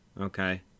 Okay